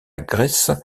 grèce